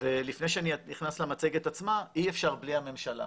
לפני שאני נכנס למצגת עצמה, אי אפשר בלי הממשלה.